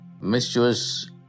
mischievous